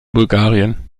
bulgarien